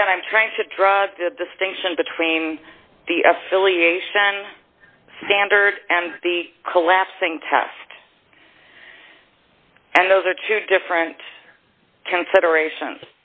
to drive the distinction between the affiliation standard and the collapsing test and those are two different consideration